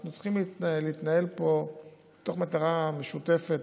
אנחנו צריכים להתנהל פה מתוך מטרה משותפת